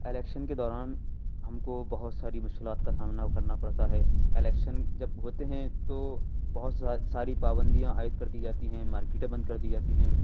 election کے دوران ہم کو بہت ساری مشکلات کا سامنا کرنا پڑتا ہے الیکشن جب ہوتے ہیں تو بہت ساری پابندیاں عائد کر دی جاتی ہیں مارکیٹیں بند کر دی جاتی ہیں